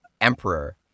emperor